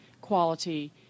quality